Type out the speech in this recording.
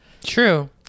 true